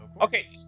Okay